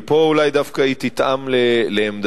ופה אולי דווקא היא תתאם לעמדתך.